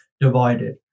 divided